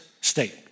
state